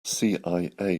cia